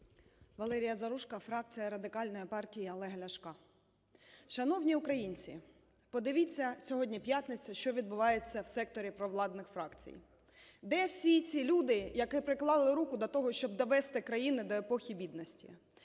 Валерія Заружко, фракція Радикальної партії Олега Ляшка. Шановні українці, подивіться, сьогодні п’ятниця, що відбувається в секторі провладних фракцій. Де всі ці люди, які приклали руку для того, щоб довести країну до епохи бідності?